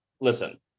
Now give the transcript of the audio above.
listen